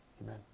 Amen